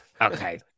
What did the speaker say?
Okay